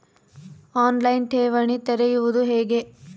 On line ಠೇವಣಿ ತೆರೆಯುವುದು ಹೇಗೆ?